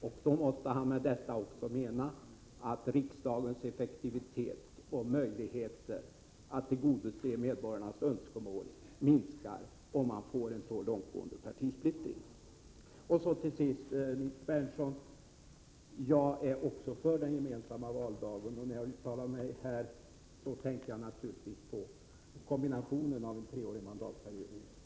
Med detta måste han också mena att riksdagens effektivitet och möjligheter att tillgodose medborgarnas önskemål minskar om man får en alltför långtgående partisplittring. Till sist: Jag är också för en gemensam valdag, Nils Berndtson. Jag avser då en gemensam valdag i kombination med en treårig mandatperiod.